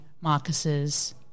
Marcus's